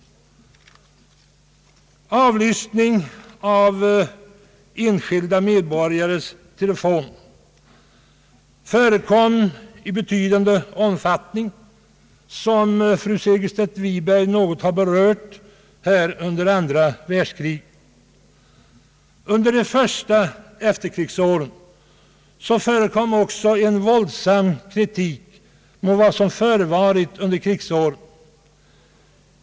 Avlyssning av enskilda medborgares telefon förekom i betydande omfattning under andra världskriget, som fru Segerstedt Wiberg något har berört. Under de första efterkrigsåren riktades också en våldsam kritik mot vad som förekommit under kriget.